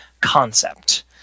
concept